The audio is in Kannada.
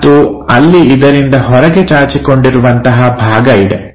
ಮತ್ತು ಅಲ್ಲಿ ಇದರಿಂದ ಹೊರಗೆ ಚಾಚಿಕೊಂಡಿರುವಂತಹ ಭಾಗ ಇದೆ